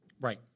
Right